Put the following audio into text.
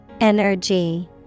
Energy